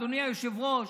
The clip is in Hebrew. אדוני היושב-ראש,